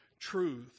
truth